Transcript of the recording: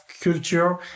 culture